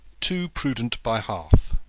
too prudent by half.